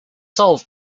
solved